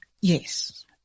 Yes